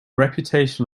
reputation